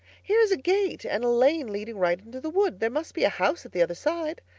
here is a gate and a lane leading right into the wood. there must be a house at the other side.